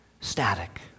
static